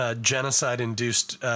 genocide-induced